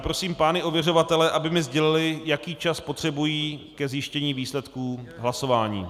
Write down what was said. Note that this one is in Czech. Prosím pány ověřovatele, aby mi sdělili, jaký čas potřebují ke zjištění výsledků hlasování.